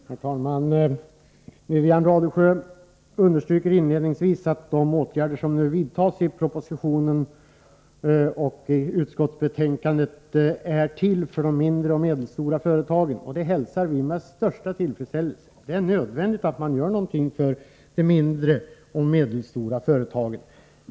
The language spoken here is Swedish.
Herr talman! Wivi-Anne Radesjö understryker inledningsvis att de åtgärder som nu föreslås i propositionen och i utskottsbetänkandet är till för de mindre och medelstora företagen, och det hälsar vi med största tillfredsställelse. Det är nödvändigt att man gör någonting för de mindre och medelstora företagen.